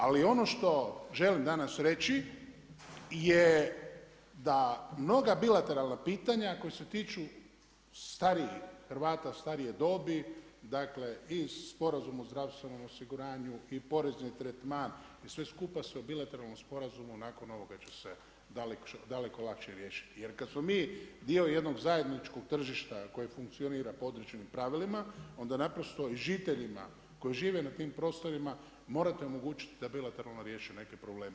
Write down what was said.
Ali ono što želim danas reći je da mnoga bilateralna pitanja, koje se tiču starijih, Hrvata starije dobi, dakle iz Sporazuma o zdravstvenom osiguranju i porezni tretman i sve skupa se u bilateralnom sporazumu nakon ovoga, će se daleko lakše riješiti, jer kad smo mi dio jednog zajedničkog tržišta koje funkcionira po određenim pravilima, onda naprosto i žiteljima koji žive na tim prostorima, morate omogućiti da bilateralno riješe neke probleme.